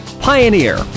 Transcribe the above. Pioneer